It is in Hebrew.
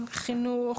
חינוך,